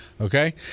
Okay